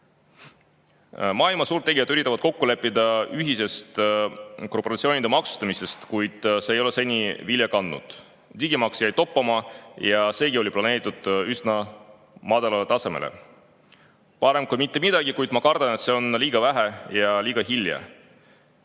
Maailma suurtegijad üritavad kokku leppida ühises korporatsioonide maksustamises, kuid see ei ole seni vilja kandnud. Digimaks jäi toppama ja seegi oli planeeritud üsna madalale tasemele. Parem küll kui mitte midagi, kuid ma kardan, et see on liiga vähe ja liiga hilja.